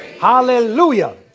Hallelujah